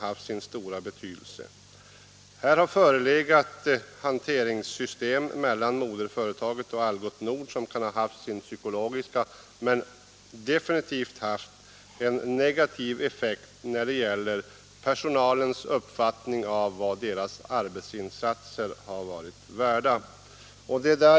Här har förelegat system för hanteringen mellan moderföretaget och Algots Nord som kan ha haft sin psykologiska verkan och som definitivt haft en negativ effekt när det gäller personalens uppfattning av vad dess arbetsinsatser har varit värda.